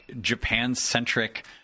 Japan-centric